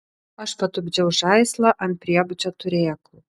aš patupdžiau žaislą ant priebučio turėklų